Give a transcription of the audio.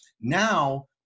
Now